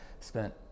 spent